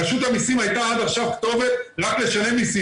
רשות המסים הייתה עד עכשיו כתובת רק לשלם מסים,